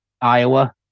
Iowa